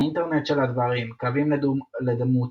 האינטרנט של הדברים – קווים לדמותו,